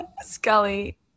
Scully